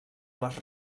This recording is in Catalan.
les